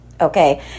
Okay